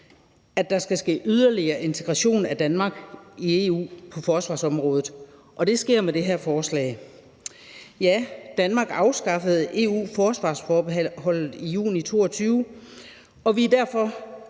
at der skal ske yderligere integration af Danmark i EU på forsvarsområdet – og det sker med det her forslag. Ja, Danmark afskaffede EU-forsvarsforbeholdet i juni 2022, og vi er derfor